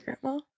grandma